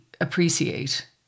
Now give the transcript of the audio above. appreciate